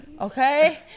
Okay